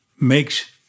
makes